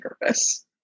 purpose